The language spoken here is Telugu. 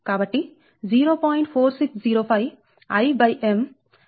కాబట్టి 0